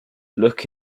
look